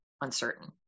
uncertain